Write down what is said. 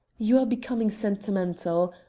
you are becoming sentimental.